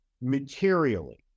materially